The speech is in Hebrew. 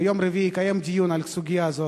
ביום רביעי אני אקיים דיון על הסוגיה הזאת.